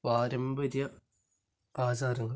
പാരമ്പര്യ ആചാരങ്ങള്